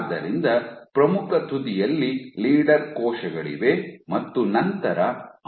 ಆದ್ದರಿಂದ ಪ್ರಮುಖ ತುದಿಯಲ್ಲಿ ಲೀಡರ್ ಕೋಶಗಳಿವೆ ಮತ್ತು ನಂತರ ಅನುಯಾಯಿ ಕೋಶಗಳಿವೆ